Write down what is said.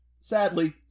Sadly